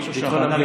ביטחון פנים.